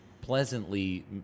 pleasantly